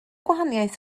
gwahaniaeth